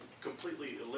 completely